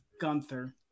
gunther